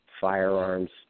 firearms